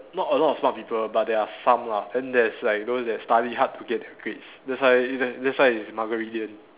not a lot of smart people but there are some lah then there's like those they study hard to get grades that's why that's why is muggeridian